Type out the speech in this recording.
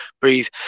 breathe